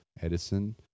Edison